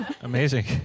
amazing